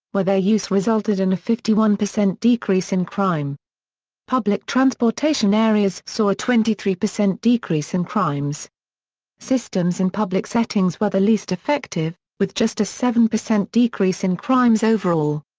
where their use resulted in a fifty one percent decrease in crime public transportation areas saw a twenty three percent decrease in crimes systems in public settings were the least effective, with just a seven percent decrease in crimes overall.